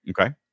okay